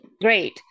great